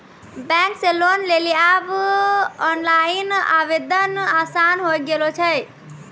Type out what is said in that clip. bank से loan लेली आब ओनलाइन आवेदन आसान होय गेलो छै